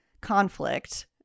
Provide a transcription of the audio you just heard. conflict